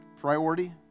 Priority